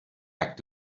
back